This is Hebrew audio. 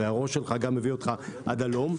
הרי הראש שלך גם הביא אותך עד הלום.